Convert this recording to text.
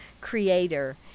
creator